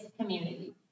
community